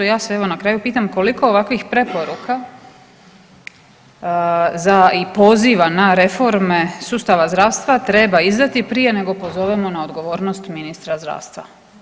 Ja se evo na kraju pitam koliko ovakvih preporuka i poziva na reforme sustava zdravstva treba izdati prije nego pozovemo na odgovornost ministra zdravstva.